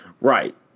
Right